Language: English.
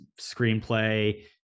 screenplay